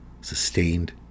sustained